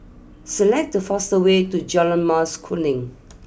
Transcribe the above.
select the fastest way to Jalan Mas Kuning